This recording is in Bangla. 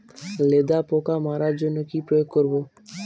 লেদা পোকা মারার জন্য কি প্রয়োগ করব?